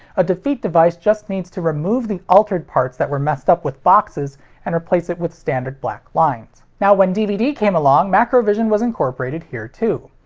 a defeat device just needs to remove the altered parts that were messed up with the boxes and replace it with standard black lines. now, when dvd came along, macrovision was incorporated here, too.